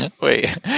Wait